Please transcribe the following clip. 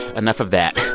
enough of that.